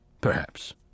Perhaps